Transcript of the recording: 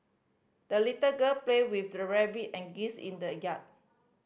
the little girl played with the rabbit and geese in the yard